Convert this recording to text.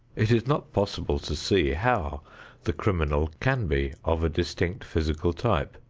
it is not possible to see how the criminal can be of a distinct physical type.